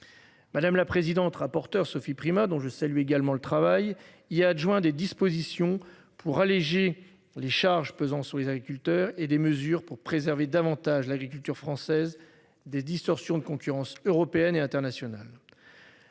Madame la présidente, rapporteur Sophie Primas dont je salue également le travail il y a adjoint des dispositions pour alléger les charges pesant sur les agriculteurs et des mesures pour préserver davantage l'agriculture française des distorsions de concurrence européenne et internationale.